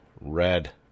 red